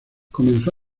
comenzó